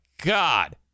God